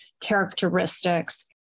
characteristics